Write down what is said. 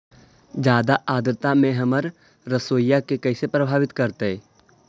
जादा आद्रता में हमर सरसोईय के कैसे प्रभावित करतई?